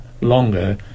longer